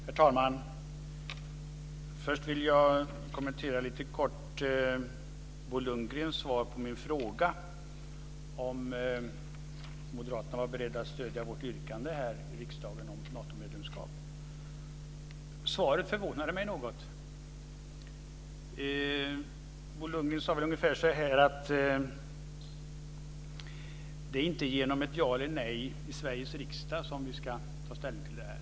Herr talman! Först vill jag lite kort kommentera Bo Lundgrens svar på min fråga om moderaterna är beredda att stödja vårt yrkande här i riksdagen om Natomedlemskap. Svaret förvånade mig något. Bo Lundgren sade ungefär att det inte är genom att säga ja eller nej i Sveriges riksdag som vi ska ta ställning till det här.